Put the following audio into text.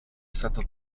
stato